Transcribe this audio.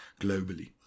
globally